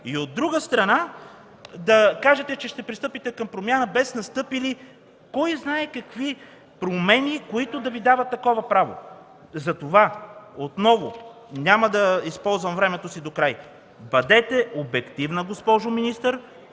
и, от друга страна, да кажете, че ще пристъпите към промяна без настъпили кой знае какви промени, които да Ви дават такова право. Затова отново – няма да използвам времето си докрай, бъдете обективна, госпожо министър.